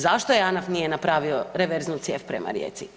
Zašto JANAF nije napravio reverznu cijev prema Rijeci?